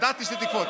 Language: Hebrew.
ידעתי שתקפוץ.